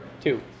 Two